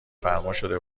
فرماشده